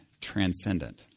transcendent